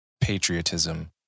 patriotism